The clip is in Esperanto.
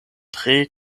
tre